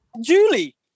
Julie